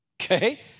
Okay